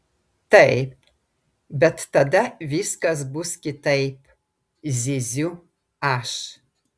taip bet tada viskas bus kitaip zyziu aš